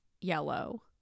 yellow